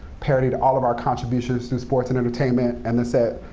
parodied all of our contributions through sports and entertainment, and that said,